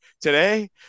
today